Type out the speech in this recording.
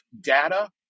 data